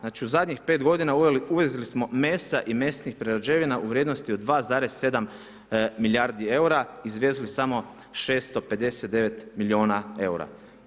Znači, u zadnjih 5 godina uvezli smo mesa i mesnih prerađevina u vrijednosti od 2,7 milijardi eura, izvezli samo 659 miliona eura.